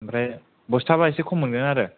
आमफ्राय बस्था बा एसे खम मोनगोन आरो